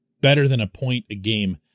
better-than-a-point-a-game